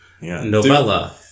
novella